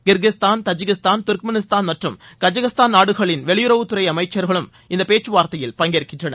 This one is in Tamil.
கிர்கிஸ்தான் தஜகிஸ்தான் தர்க்மினிஸ்தான் மற்றும் கஜகஸ்தான் நாடுகளின் வெளியுறவுத்துறை அமைச்சர்களும் இந்த பேச்சுவார்த்தையில் பங்கேற்கின்றனர்